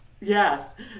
Yes